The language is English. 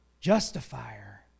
Justifier